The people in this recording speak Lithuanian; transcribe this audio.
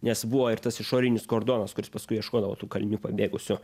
nes buvo ir tas išorinis kordonas kuris paskui ieškodavo tų kalinių pabėgusių